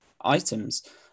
items